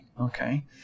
okay